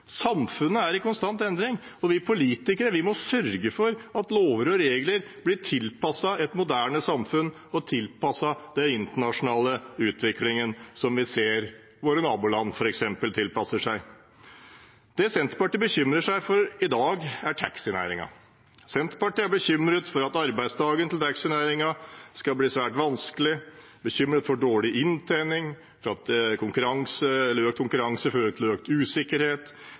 samfunnet er i konstant endring. Og vi politikere må sørge for at lover og regler blir tilpasset et moderne samfunn og tilpasset den internasjonale utviklingen som vi ser at våre naboland f.eks. tilpasser seg. Det Senterpartiet bekymrer seg for i dag, er taxinæringen. Senterpartiet er bekymret for at arbeidsdagen til taxinæringen skal bli svært vanskelig, bekymret for dårlig inntjening og bekymret for at økt konkurranse fører til større usikkerhet.